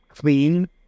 clean